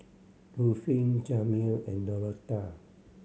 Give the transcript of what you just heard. Ruffin Jameel and Dorotha